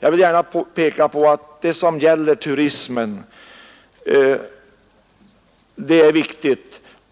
Jag vill gärna peka på att turismen är viktig,